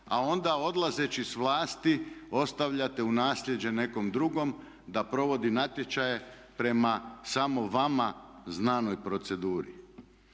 a onda odlazeći sa vlasti ostavljate u nasljeđe nekom drugom da provodi natječaje prema samo vama znanoj proceduri.